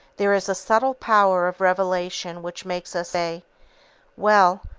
there is a subtle power of revelation which makes us say well,